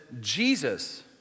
Jesus